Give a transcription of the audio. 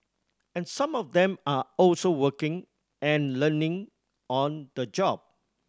and some of them are also working and learning on the job